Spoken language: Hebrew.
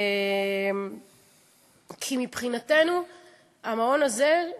כי מבחינתנו המעון הזה,